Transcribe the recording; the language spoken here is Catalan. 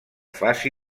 faci